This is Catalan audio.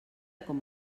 com